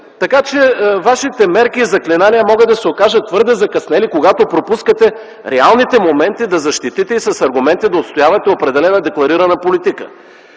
Така че вашите мерки и заклинания могат да се окажат твърде закъснели, когато пропускате реалните моменти да защитите и с аргументи да отстоявате определена декларирана политика.